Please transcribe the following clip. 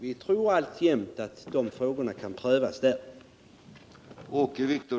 Vi tror alltjämt att frågorna kan prövas där.